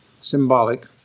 symbolic